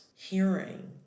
hearing